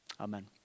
Amen